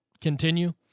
continue